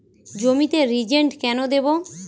জমিতে রিজেন্ট কেন দেবো?